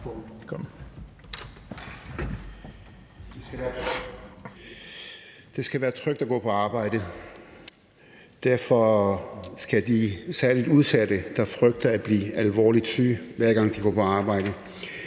Det skal være trygt at gå på arbejde, og derfor skal de særligt udsatte, der frygter at blive alvorligt syge, hver gang de går på arbejde,